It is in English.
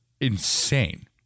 Insane